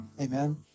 Amen